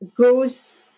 Goes